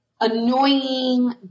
Annoying